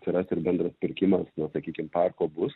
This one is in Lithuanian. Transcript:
atsiras ir bendras pirkimas na sakykim parko bus